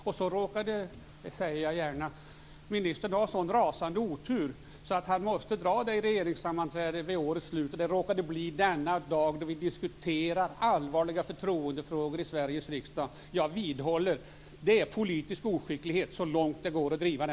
Sedan råkade - det säger jag gärna - ministern ha en sådan rasande otur att han måste föredra ärendet vid regeringssammanträdet denna dag vid årets slut då vi diskuterar allvarliga förtroendefrågor i Sveriges riksdag. Jag vidhåller att det är politisk oskicklighet så långt den kan drivas.